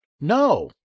No